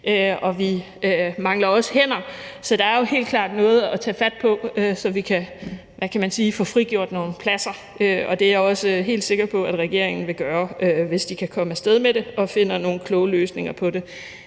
Og vi mangler også hænder. Så der er helt klart noget at tage fat på, så vi kan, hvad kan man sige, få frigjort nogle pladser. Og det er jeg også helt sikker på at regeringen vil gøre, hvis de kan komme af sted med det og finder nogle kloge løsninger på det.